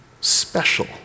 special